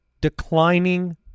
declining